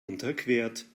unterquert